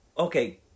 okay